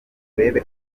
urebe